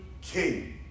king